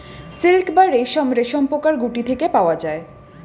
silk বা রেশম রেশমপোকার গুটি থেকে পাওয়া যায়